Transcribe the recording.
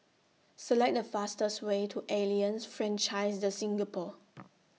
Select The fastest Way to Alliance Francaise De Singapour